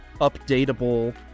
updatable